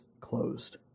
closed